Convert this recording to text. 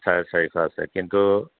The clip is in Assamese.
চাৰে চাৰিশ আছে কিন্তু